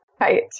Right